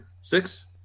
Six